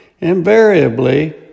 Invariably